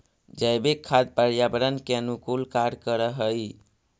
जैविक खाद पर्यावरण के अनुकूल कार्य कर हई